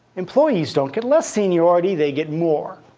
employees don't get less seniority. they get more.